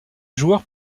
joueurs